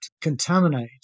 contaminate